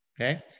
Okay